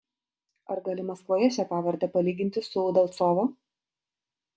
ar gali maskvoje šią pavardę palyginti su udalcovo